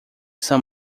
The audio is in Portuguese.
são